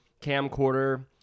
camcorder